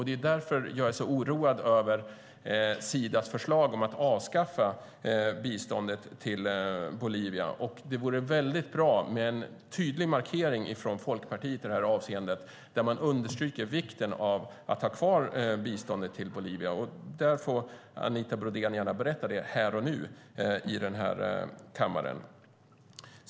Det är därför jag är så oroad över Sidas förslag att avskaffa biståndet till Bolivia. Det vore väldigt bra med en tydlig markering från Folkpartiet i det här avseendet, där man understryker vikten av att ha kvar biståndet till Bolivia. Det får Anita Brodén gärna berätta här och nu i den här kammaren.